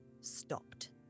stopped